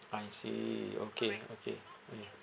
I see okay okay okay